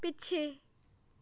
ਪਿੱਛੇ